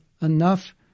enough